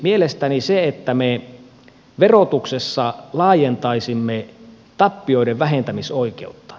mielestäni se että me verotuksessa laajentaisimme tappioiden vähentämisoikeutta